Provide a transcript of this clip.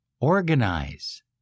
organize